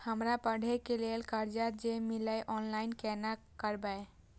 हमरा पढ़े के लेल कर्जा जे मिलते ऑनलाइन केना करबे?